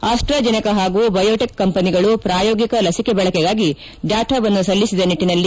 Asta ಜೆನೆಕಾ ಹಾಗೂ biotech ಕಂಪನಿಗಳು ಪ್ರಾಯೋಗಿಕ ಲಸಿಕೆ ಬಳಕೆಗಾಗಿ ಡಾಟಾವನ್ನು ಸಲ್ಲಿಸಿದ ನಿಟ್ಟನಲ್ಲಿ